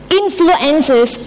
influences